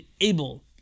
able